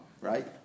Right